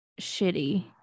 shitty